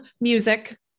Music